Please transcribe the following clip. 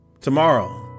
Tomorrow